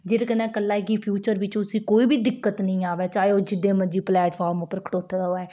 जेह्दे कन्नै कल्लै गी फ्यूचर बिच उसी कोई बी दिक्कत निं आवै चाहे ओह् जिन्ने मर्जी प्लेटफॉर्म उप्पर खड़ोते दा होऐ